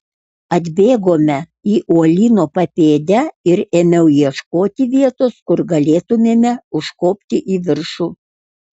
atbėgome į uolyno papėdę ir ėmiau ieškoti vietos kur galėtumėme užkopti į viršų